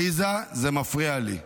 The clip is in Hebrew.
עליזה, זה מפריע לי,